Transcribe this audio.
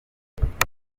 umuhanzi